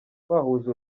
twahuje